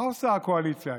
מה עושה הקואליציה היום?